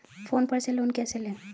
Phone पर से loan कैसे लें?